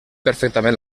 perfectament